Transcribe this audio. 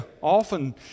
often